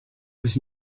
was